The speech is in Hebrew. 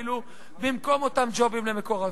במקום אותם ג'ובים למקורבים?